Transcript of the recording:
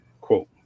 quote